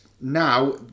Now